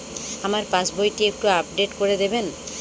আমার পাসবই টি একটু আপডেট করে দেবেন?